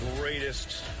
greatest